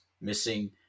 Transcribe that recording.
missing